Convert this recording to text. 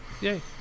yay